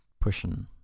pushing